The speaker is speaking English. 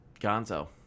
gonzo